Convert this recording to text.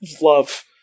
love